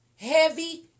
Heavy